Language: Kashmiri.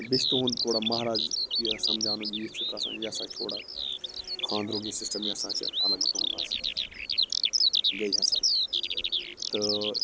بیٚیہِ چھُ تُہُنٛد مہراز یہِ سمجھاونُک یہِ چھُکھ آسان یہ ہسا چھِ تھوڑا خانٛدرُک یہِ سِسٹم یہِ ہسا چھِ الگ تُہُنٛد آسان